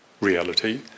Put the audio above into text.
reality